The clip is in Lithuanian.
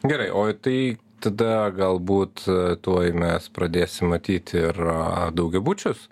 gerai o tai tada galbūt tuoj mes pradėsim matyt ir daugiabučius